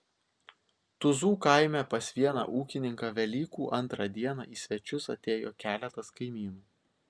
tuzų kaime pas vieną ūkininką velykų antrą dieną į svečius atėjo keletas kaimynų